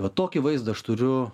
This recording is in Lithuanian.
va tokį vaizdą aš turiu